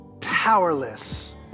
powerless